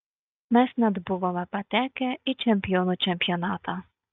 mes net buvome patekę į čempionų čempionatą